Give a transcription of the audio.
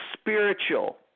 spiritual